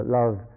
love